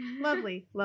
lovely